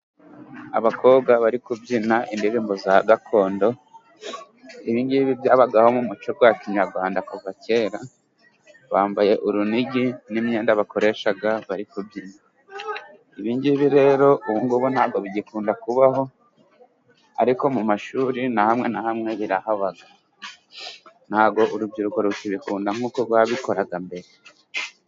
Abakobwa bari kubyina indirimbo za gakondo ,ibi ngibi byabagaho mu muco wa Kinyarwanda kuva kera. Bambaye urunigi n'imyenda bakoresha bari kubyina. Ibi ngibi rero ubu ntabwo bigikunda kubaho, ariko mu mashuri hamwe na hamwe birahaba. Ntabwo urubyiruko rukibikunda nkuko rwabikoraga mbere.